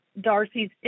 Darcy's